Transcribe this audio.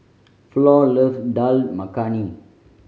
Flor love Dal Makhani